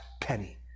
penny